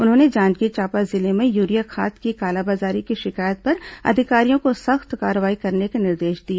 उन्होंने जांजगीर चांपा जिले में यूरिया खाद की कालाबाजारी की शिकायत पर अधिकारियों को सख्त कार्रवाई करने के निर्देश दिए